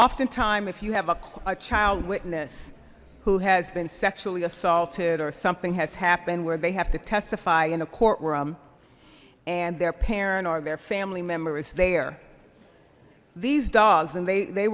often time if you have a child witness who has been sexually assaulted or something has happened where they have to testify in a courtroom and their parent or their family member is there these dogs and they they